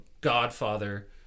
Godfather